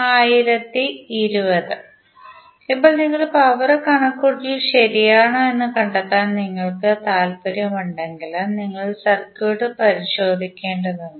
9W 1020W ഇപ്പോൾ നിങ്ങളുടെ power കണക്കുകൂട്ടൽ ശരിയാണോ എന്ന് കണ്ടെത്താൻ നിങ്ങൾക്ക് താല്പര്യമുണ്ടെങ്കിൽ നിങ്ങൾക്ക് സർക്യൂട്ട് പരിശോധിക്കേണ്ടതുണ്ട്